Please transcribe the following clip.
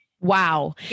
Wow